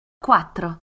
Quattro